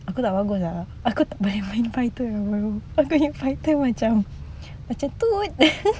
aku tak bagus ah aku tak boleh main fighter apa aku jadi fighter macam macam